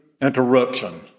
interruption